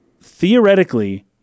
theoretically